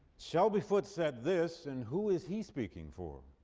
shelby foote said this and who is he speaking for?